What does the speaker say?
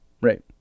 Right